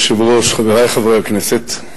אדוני היושב-ראש, חברי חברי הכנסת,